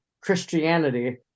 Christianity